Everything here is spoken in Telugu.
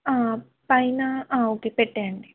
పైన ఓకే పెట్టేయండి